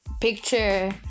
picture